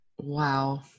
Wow